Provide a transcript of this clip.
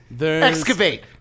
Excavate